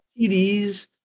TDs